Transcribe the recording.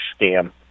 scam